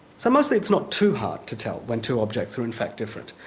so mostly it's not too hard to tell when two objects are in fact different.